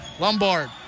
Lombard